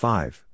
Five